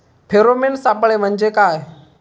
Pheromone सापळे म्हंजे काय?